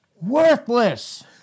Worthless